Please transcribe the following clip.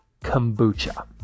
kombucha